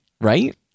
right